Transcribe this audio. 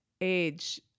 age